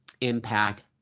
impact